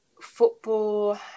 football